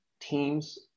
teams